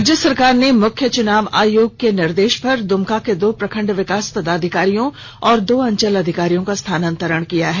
राज्य सरकार ने मुख्य चुनाव आयोग के निर्देश पर दुमका के दो प्रखंड विकास पदाधिकारियों और दो अंचल अधिकारियों का स्थानांतरण किया है